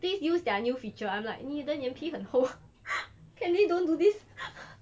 please use their new feature I'm like 你的脸皮很厚 can they don't do this